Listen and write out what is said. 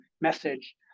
message